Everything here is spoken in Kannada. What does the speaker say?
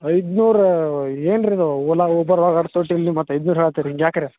ಐದ್ನೂರ ಏನು ರೀ ಇದು ಓಲಾ ಊಬರ್ ನೀವು ಮತ್ತೆ ಐದ್ನೂರ ಹೇಳ್ತೀರ ಹಿಂಗೆ ಯಾಕೆ ರೀ